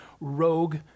rogue